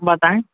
बताएं